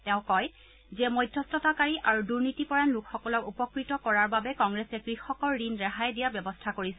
তেওঁ কয় যে মধ্যস্থতাকাৰী আৰু দুৰ্নীতিপৰায়ণ লোকসকলক উপকৃত কৰাৰ বাবে কংগ্ৰেছে কৃষকৰ ঋণ ৰেহাই দিয়াৰ ব্যৱস্থা কৰিছে